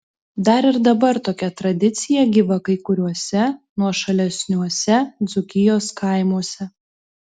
dar ir dabar tokia tradicija gyva kai kuriuose nuošalesniuose dzūkijos kaimuose